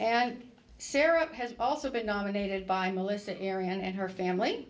and sarah has also been nominated by melissa area and her family